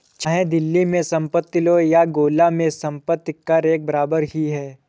चाहे दिल्ली में संपत्ति लो या गोला में संपत्ति कर एक बराबर ही है